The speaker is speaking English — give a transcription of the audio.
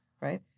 right